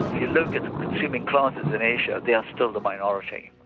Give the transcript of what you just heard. you look at the consuming classes in asia they are still the minority.